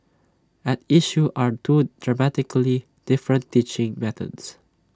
at issue are two dramatically different teaching methods